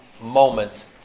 moments